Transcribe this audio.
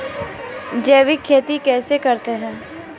जैविक खेती कैसे करते हैं?